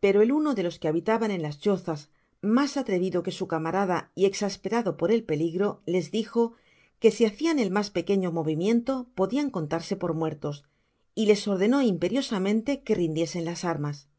pero el uno de los que habitaban en las chozas mas atrevido que su camarada y exasperado por el peligro les dijo que si hacian el mas pequeño movimiento podian contarse por muertos y ies ordenó imperiosamente que rindiesen las armas no